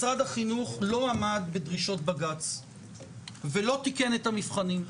משרד החינוך לא עמד בדרישות בג"ץ ולא תיקן את המבחנים.